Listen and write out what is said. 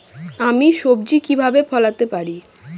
আমি সবজি কিভাবে ফলাতে পারি?